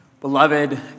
Beloved